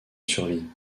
survit